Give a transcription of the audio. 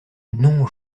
non